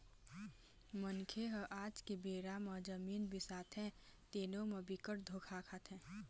मनखे ह आज के बेरा म जमीन बिसाथे तेनो म बिकट धोखा खाथे